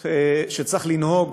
שצריך לנהוג,